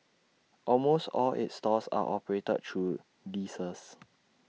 almost all its stores are operated through leases